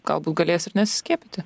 galbūt galės ir nesiskiepyti